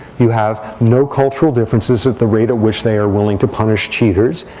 you have no cultural differences at the rate at which they are willing to punish cheaters.